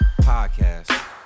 podcast